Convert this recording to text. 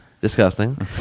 disgusting